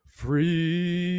free